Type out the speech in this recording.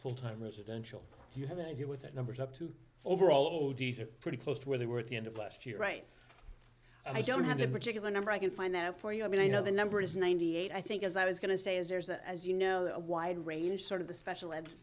fulltime residential you have no idea what that number is up to over oldies are pretty close to where they were at the end of last year right i don't have a particular number i can find them for you i mean i know the number is ninety eight i think as i was going to say is there's a you know a wide range sort of the special ed